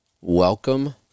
Welcome